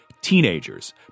Teenagers